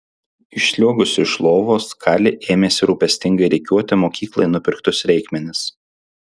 išsliuogusi iš lovos kali ėmėsi rūpestingai rikiuoti mokyklai nupirktus reikmenis